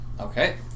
Okay